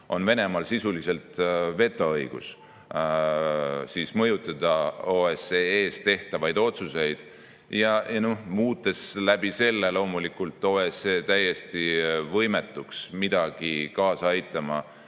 on Venemaal sisuliselt vetoõigus mõjutada OSCE-s tehtavaid otsuseid ja muutes selle kaudu loomulikult OSCE täiesti võimetuks midagi kaasa aitama